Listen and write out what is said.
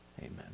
amen